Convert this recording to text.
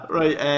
right